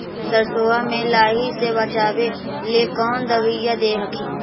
सरसोबा मे लाहि से बाचबे ले कौन दबइया दे हखिन?